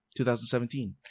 2017